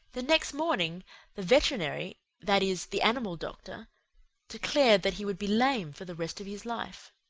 the next morning the veterinary that is, the animal doctor declared that he would be lame for the rest of his life.